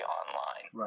online